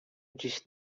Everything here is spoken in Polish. dziś